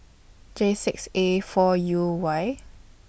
J six A four U Y